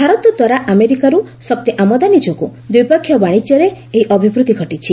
ଭାରତ ଦ୍ୱାରା ଆମେରିକାରୁ ଶକ୍ତି ଆମଦାନୀ ଯୋଗୁଁ ଦ୍ୱିପକ୍ଷିୟ ବାଶିଜ୍ୟରେ ଏହି ଅଭିବୃଦ୍ଧି ଘଟିଛି